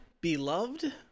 beloved